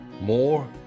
more